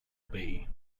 bay